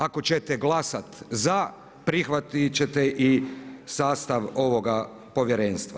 Ako ćete glasat za prihvatit ćete i sastav ovog povjerenstva.